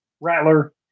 Rattler